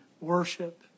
worship